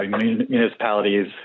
municipalities